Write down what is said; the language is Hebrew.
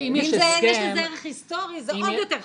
ואם יש לזה ערך היסטורי זה עוד יותר חשוב.